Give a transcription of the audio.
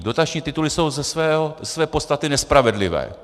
Dotační tituly jsou ze své podstaty nespravedlivé.